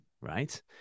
right